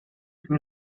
più